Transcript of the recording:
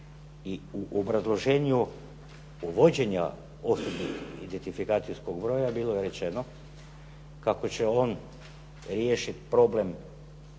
i u obrazloženju uvođenja osobnog identifikacijskog broja bilo je rečeno, kako će on riješiti problem